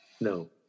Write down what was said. No